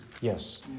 Yes